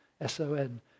S-O-N